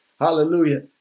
Hallelujah